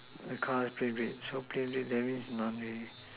the car is plain red so plain red that means